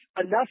enough